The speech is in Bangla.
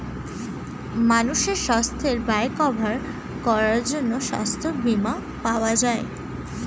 মানুষের সাস্থের ব্যয় কভার করার জন্যে সাস্থ বীমা পাওয়া যায়